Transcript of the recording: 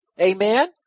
Amen